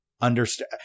understand